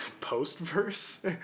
post-verse